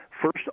First